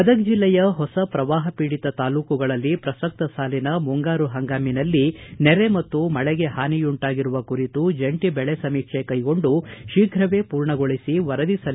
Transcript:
ಗದಗ ಿಜಿಲ್ಲೆಯ ಹೊಸ ಪ್ರವಾಹ ಪೀಡಿತ ತಾಲೂಕುಗಳಲ್ಲಿ ಪ್ರಸಕ್ತ ಸಾಲಿನ ಮುಂಗಾರು ಹಂಗಾಮಿನಲ್ಲಿ ನೆರೆ ಮತ್ತು ಮಳೆಗೆ ಹಾನಿಯುಂಟಾಗಿರುವ ಕುರಿತು ಜಂಟಿ ಬೆಳೆ ಸಮೀಕ್ಷೆ ಕೈಗೊಂಡು ಶೀಘ್ರವೇ ಪೂರ್ಣಗೊಳಿಸಿ ವರದಿ ಸಲ್ಲಿಸಬೇಕು